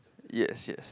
yes yes